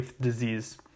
disease